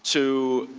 to